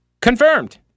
Confirmed